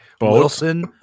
Wilson